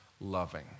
loving